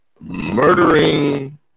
murdering